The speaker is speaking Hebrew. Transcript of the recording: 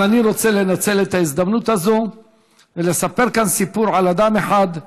אבל אני רוצה לנצל את ההזדמנות הזאת ולספר כאן סיפור על אדם אחד,